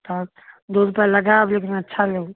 तब दू रुपआ लगाएब लेकिन अच्छा लेब